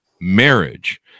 marriage